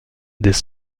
des